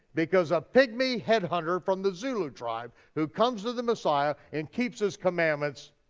because a pygmy headhunter from the zulu tribe who comes to the messiah and keeps his commandments,